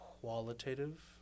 qualitative